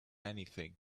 anything